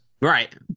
Right